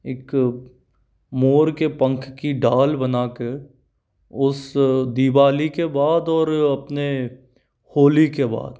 इक मोर के पंख की डाल बनाके उस दिवाली के बाद और अपने होली के बाद